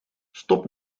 stop